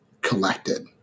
collected